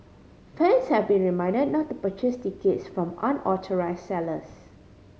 fans have been reminded not to purchase tickets from unauthorise sellers